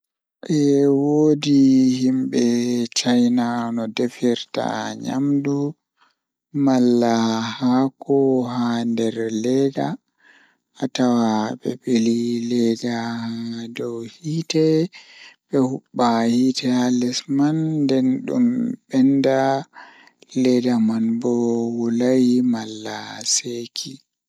Kuugal jei miɗon yi'a laatan mi waawi kuugal man masin Miɗo waawi waɗde gollal e fannuɓe laawol e jamii sabu miɗo yiɗi goɗɗum e jokkondirɗe. Miɗo waawi waɗde sabu mi foti caɗeele, miɗo waawi waɗde caɗeele so miɗo yiɗi ko aɗa waawi jokkude.